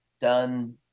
done